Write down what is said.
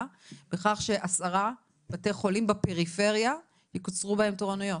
בכך ש-10 בתי חולים בפריפריה יקוצרו בהם תורנויות?